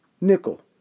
nickel